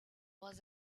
was